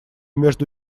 между